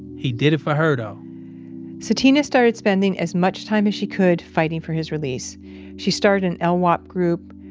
he did it for her though sutina started spending as much time as she could fighting for his release she started an um ah group,